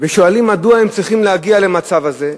ושואלים מדוע הם צריכים להגיע למצב הזה.